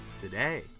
today